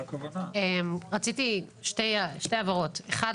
רציתי שתי הבהרות: אחת,